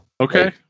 Okay